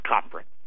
conference